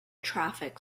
traffic